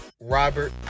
Robert